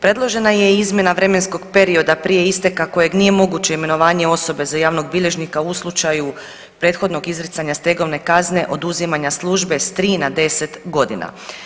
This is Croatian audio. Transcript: Predložena je i izmjena vremenskog perioda prije isteka kojeg nije moguće imenovanje osobe za javnog bilježnika u slučaju prethodnog izricanja stegovne kazne oduzimanja službe s tri na 10 godina.